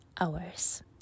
hours